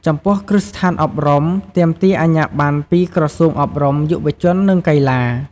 ចំពោះគ្រឹះស្ថានអប់រំ ទាមទារអាជ្ញាប័ណ្ណពីក្រសួងអប់រំ យុវជន និងកីឡា។